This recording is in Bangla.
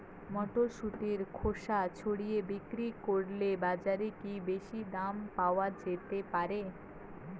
মটরশুটির খোসা ছাড়িয়ে বিক্রি করলে বাজারে কী বেশী দাম পাওয়া যেতে পারে?